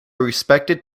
respected